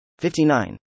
59